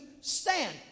stand